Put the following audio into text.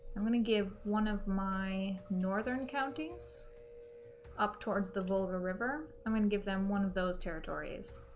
i'm gonna give one of my northern counties up towards the volga river i'm gonna give them one of those territories